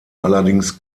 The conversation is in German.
allerdings